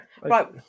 Right